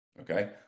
okay